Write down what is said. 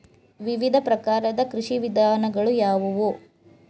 ವಿವಿಧ ಪ್ರಕಾರದ ಕೃಷಿ ವಿಧಾನಗಳು ಯಾವುವು?